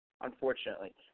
Unfortunately